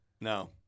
no